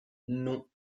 non